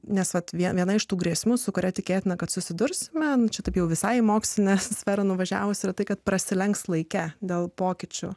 nes vat viena iš tų grėsmių su kuria tikėtina kad susidursime nu čia taip jau visai į mokslinę sferą nuvažiavus yra tai kad prasilenks laike dėl pokyčių